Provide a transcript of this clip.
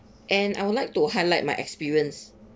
and I would like to highlight my experience